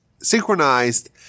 synchronized